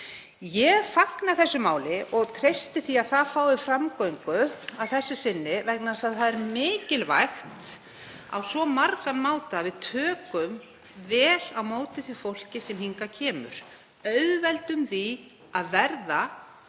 Ég fagna þessu máli og treysti því að það fái framgöngu að þessu sinni vegna þess að það er á margan hátt svo mikilvægt að við tökum vel á móti því fólki sem hingað kemur, auðveldum því að verða